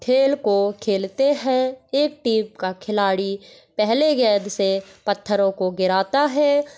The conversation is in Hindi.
खेल को खेलते हैं एक टीम का खिलाड़ी पहले गेंद से पत्थरों को गिराता है